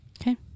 Okay